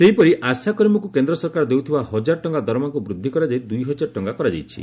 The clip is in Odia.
ସେହିପରି ଆଶାକର୍ମୀଙ୍କୁ କେନ୍ଦ୍ ସରକାର ଦେଉଥିବା ହଜାରେ ଟଙ୍କା ଦରମାକୁ ବୁଦ୍ଧି କରାଯାଇ ଦୁଇ ହଜାର ଟଙ୍କା କରାଯାଇଛି